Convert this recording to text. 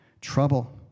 Trouble